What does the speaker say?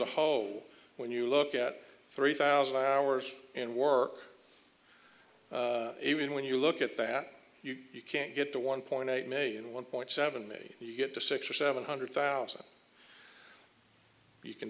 hollow when you look at three thousand hours and work even when you look at that you can get to one point eight million one point seven maybe you get to six or seven hundred thousand you can